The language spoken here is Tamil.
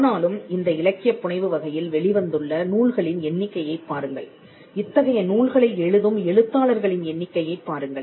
ஆனாலும் இந்த இலக்கிய புனைவு வகையில் வெளி வந்துள்ள நூல்களின் எண்ணிக்கையைப் பாருங்கள் இத்தகைய நூல்களை எழுதும் எழுத்தாளர்களின் எண்ணிக்கையைப் பாருங்கள்